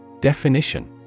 Definition